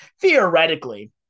theoretically